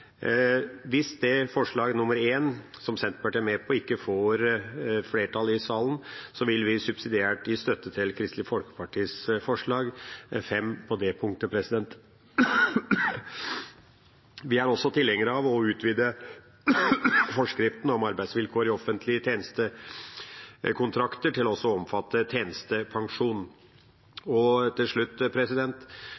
Hvis forslag nr. 1, som Senterpartiet er med på, ikke får flertall i salen, vil vi subsidiært gi støtte til Kristelig Folkepartis forslag, forslag nr. 5, på det punktet. Vi er også tilhengere av å utvide forskriften om arbeidsvilkår i offentlige tjenestekontrakter til også å omfatte tjenestepensjon.